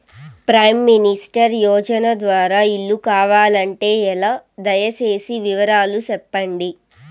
Prime minister యోజన ద్వారా ఇల్లు కావాలంటే ఎలా? దయ సేసి వివరాలు సెప్పండి?